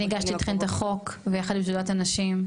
אני הגשתי אתכן את החוק, ויחד עם שדולת הנשים.